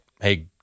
hey